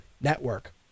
network